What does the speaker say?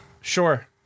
Sure